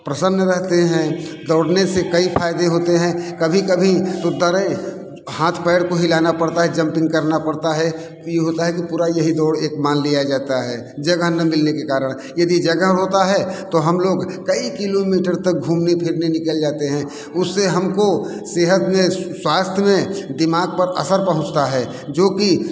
प्रसन्न रहते हैं दौड़ने से कई फ़ायदें होते हैं कभी कभी तो दरेय हाथ पैर को हिलाना पड़ता है जंपिंग करना पड़ता है ई होता है कि पूरा यह ही दौड़ एक मान लिया जाता है जगह ना मिलने के कारण यदि जगह होता है तो हम लोग कई किलोमीटर तक घूमने फिरने निकल जाते हैं उससे हमको सेहत में स्वास्थ में दिमाग पर असर पहुंचता है जो कि